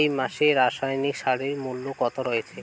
এই মাসে রাসায়নিক সারের মূল্য কত রয়েছে?